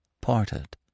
parted